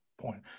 point